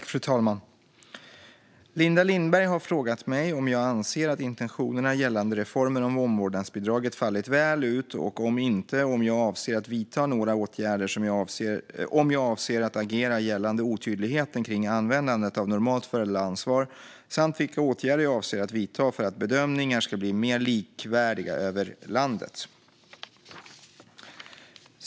Fru talman! har frågat mig om jag anser att intentionerna gällande reformen om omvårdsbidraget fallit väl ut och, om inte, om jag avser att vidta några åtgärder, om jag avser att agera gällande otydligheten kring användandet av normalt föräldraansvar samt vilka åtgärder jag avser att vidta för att bedömningarna ska bli mer likvärdiga över landet.